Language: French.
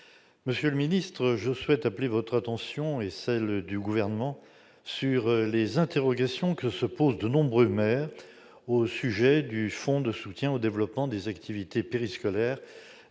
Monsieur le ministre, je souhaite appeler votre attention, et celle du Gouvernement, sur les questions que se posent de nombreux maires au sujet du fonds de soutien au développement des activités périscolaires